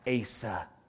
Asa